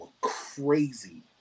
crazy